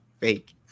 fake